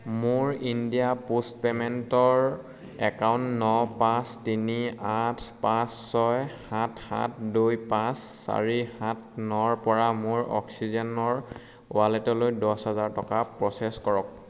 মোৰ India post পেমেণ্টৰ account ন পাঁচ তিনি আঠ পাঁচ ছয় সাত সাত দুই পাঁচ চাৰি সাত নৰপৰা মোৰ অক্সিজেনৰ ৱালেটলৈ দহ হাজাৰ টকা প্ৰ'চেছ কৰক